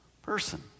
Person